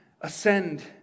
ascend